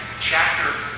chapter